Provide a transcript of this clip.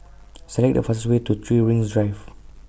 Select The fastest Way to three Rings Drive